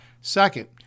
Second